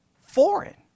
Foreign